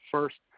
First